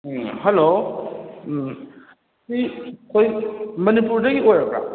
ꯎꯝ hello ꯎꯝ ꯁꯤ ꯑꯩꯈꯣꯏ ꯃꯅꯤꯄꯨꯔꯗꯒꯤ ꯑꯣꯏꯔꯕ꯭ꯔꯥ